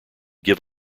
give